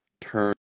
Turn